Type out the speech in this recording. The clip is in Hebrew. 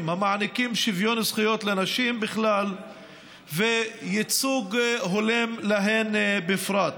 המעניקים שוויון זכויות לנשים בכלל וייצוג הולם להן בפרט.